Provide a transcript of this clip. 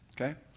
Okay